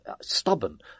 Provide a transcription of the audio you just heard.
stubborn